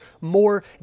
more